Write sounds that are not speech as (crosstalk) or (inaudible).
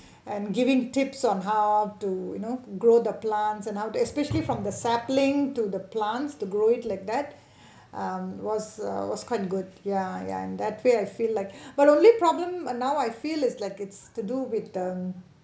and giving tips on how to you know grow the plant and how to especially from the sapling to the plants to grow it like that um it was a was quite good ya ya in that way I feel like but only problem ah now I feel is like it's to do with the (noise) sunlight